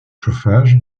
chauffage